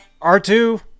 R2